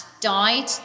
died